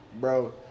Bro